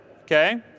Okay